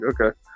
okay